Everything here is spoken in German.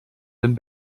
den